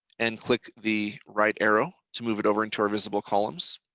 and click the right arrow to move it over into our visible columns